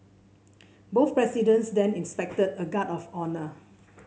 both presidents then inspected a guard of honour